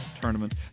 tournament